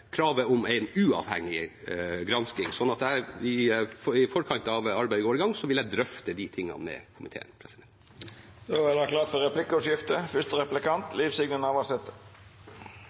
kravet om en uavhengig gransking. Så jeg vil i forkant av at arbeidet går i gang, drøfte disse tingene med komiteen. Det vert replikkordskifte. Takk til statsråden både for